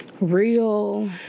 real